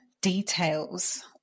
details